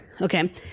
Okay